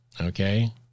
Okay